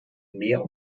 mehr